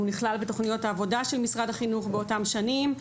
והוא נכלל בתכניות העבודה של משרד החינוך באותן שנים.